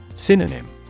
Synonym